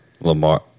Lamar